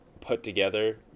put-together